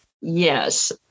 Yes